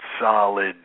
solid –